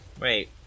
Wait